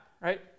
right